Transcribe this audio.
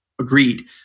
agreed